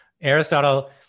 aristotle